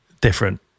different